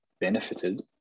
benefited